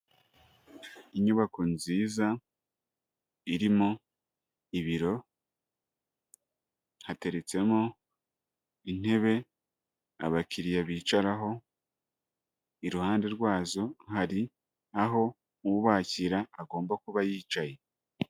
Inyubako nziza irimo ibiro, hateretsemo intebe abakiriya bicaraho, iruhande rwazo hari aho ubakira agomba kuba yicaye.